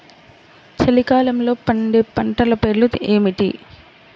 చలికాలంలో పండే పంటల పేర్లు ఏమిటీ?